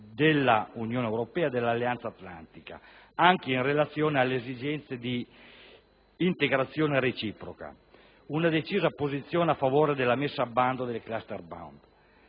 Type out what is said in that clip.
dell'Unione europea e dell'Alleanza Atlantica, anche in relazione alle esigenze di integrazione reciproca, una decisa posizione a favore della messa al bando della *cluster bomb*.